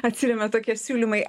atsiremia tokie siūlymai